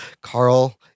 Carl